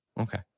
Okay